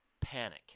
panic